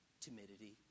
timidity